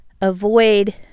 avoid